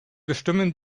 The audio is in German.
bestimmen